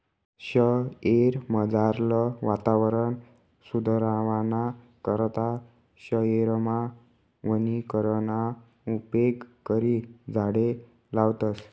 शयेरमझारलं वातावरण सुदरावाना करता शयेरमा वनीकरणना उपेग करी झाडें लावतस